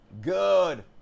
good